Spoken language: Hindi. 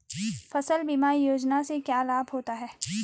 फसल बीमा योजना से क्या लाभ होता है?